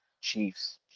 Chiefs